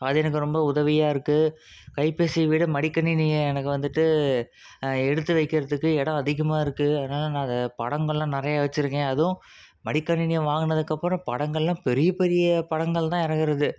அது எனக்கு ரொம்ப உதவியாக இருக்குது கைபேசியை விட மடிக்கணினியை எனக்கு வந்துட்டு எடுத்து வைக்கிறதுக்கு இடம் அதிகமாக இருக்குது அதனால நான் அதை படங்கள்லாம் நிறையா வச்சிருக்கேன் அதுவும் மடிக்கணினியை வாங்கினதுக்கு அப்புறம் படங்கள்லாம் பெரிய பெரிய படங்கள் தான் இறக்குறது